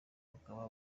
bukaba